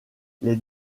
les